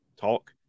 talk